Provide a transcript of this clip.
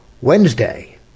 Wednesday